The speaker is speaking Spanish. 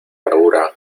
bravura